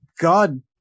God